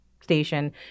station